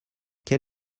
quel